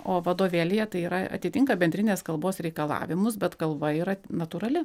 o vadovėlyje tai yra atitinka bendrinės kalbos reikalavimus bet kalba yra natūrali